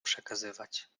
przekazywać